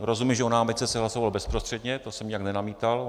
Rozumím, že o námitce se hlasovalo bezprostředně, to jsem nijak nenamítal.